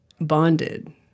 bonded